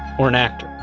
or an actor,